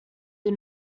did